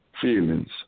Feelings